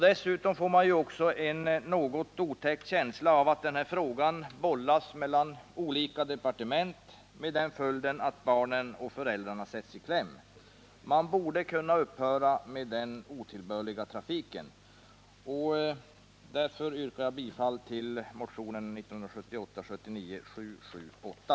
Dessutom får man en litet otäck känsla av att frågan bollas mellan olika departement med påföljd att barnen och föräldrarna sätts i kläm. Man borde kunna upphöra med denna otillbörliga trafik. Därför yrkar jag bifall till motionen 1978/79:778.